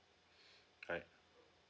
alright